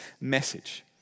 message